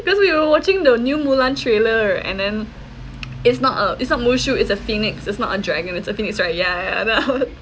cause we were watching the new mulan trailer and then it's not a it's not mushu it's a phoenix it's not a dragon it's a phoenix right ya ya ya then I was